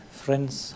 friend's